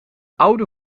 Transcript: oude